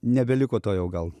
nebeliko to jau gal